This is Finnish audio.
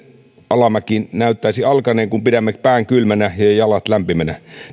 alamäki näyttäisi alkaneen kun pidämme pään kylmänä ja jalat lämpimänä